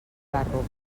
carro